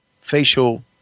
facial